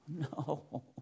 no